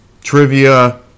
trivia